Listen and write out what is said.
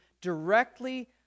directly